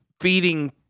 feeding